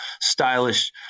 stylish